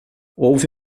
houve